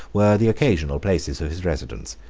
were the occasional places of his residence,